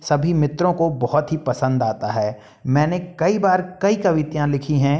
सभी मित्रों को बहुत ही पसंद आता है मैंने कई बार कई कविताएँ लिखी हैं